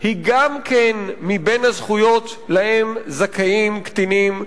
היא גם בין הזכויות שלהן זכאים קטינים,